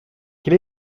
quel